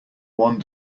one